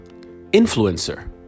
Influencer